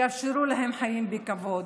תאפשרו להן חיים בכבוד.